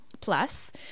plus